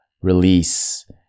release